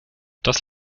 das